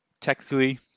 technically